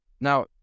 Now